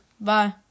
bye